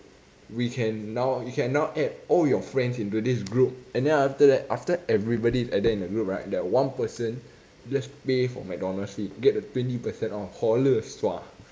we can now we can now add all your friends into this group and then after that after everybody is added in the group right that one person just pay for mcdonald's get the twenty percent off hoh le shua